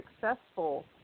successful